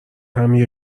همین